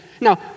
now